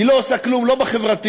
היא לא עושה כלום לא בחברתי,